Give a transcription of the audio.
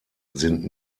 sind